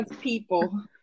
people